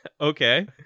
Okay